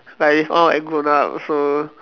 like it's all and grown up so